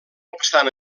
obstant